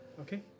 Okay